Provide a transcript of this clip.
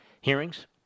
hearings